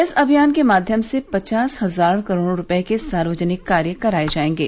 इस अभियान के माध्यम से पचास हजार करोड़ रुपये के सार्वजनिक कार्य कराए जाएंगे